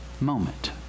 moment